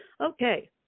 Okay